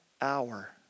hour